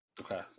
Okay